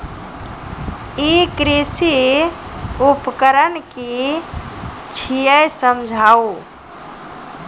ई कृषि उपकरण कि छियै समझाऊ?